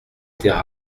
étaient